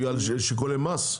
בגלל שיקולי מס?